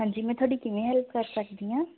ਹਾਂਜੀ ਮੈਂ ਤੁਹਾਡੀ ਕਿਵੇਂ ਹੈਲਪ ਕਰ ਸਕਦੀ ਹਾਂ